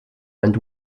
and